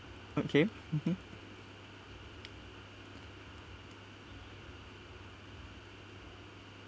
okay mmhmm